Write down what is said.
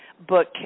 book